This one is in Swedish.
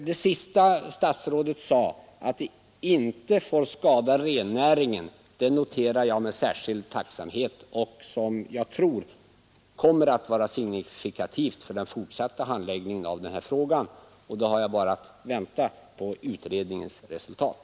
Det sista statsrådet sade — att hyggesplöjningen inte får skada rennäringen — noterar jag med särskild tacksamhet, och jag tror att det kommer att vara signifikativt för den fortsatta handläggningen av den här frågan. Då har jag bara att vänta på utredningens resultat.